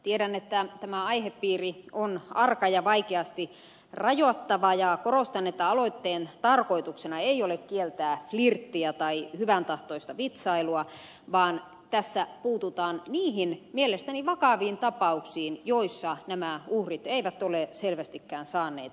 tiedän että tämä aihepiiri on arka ja vaikeasti rajattava ja korostan että aloitteen tarkoituksena ei ole kieltää flirttiä tai hyväntahtoista vitsailua vaan tässä puututaan niihin mielestäni vakaviin tapauksiin joissa nämä uhrit eivät ole selvästikään saaneet oikeutta